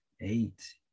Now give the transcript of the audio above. eight